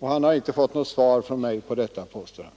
Herr Nyhage har inte fått något svar från mig, påstår han.